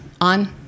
on